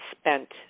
spent